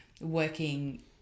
working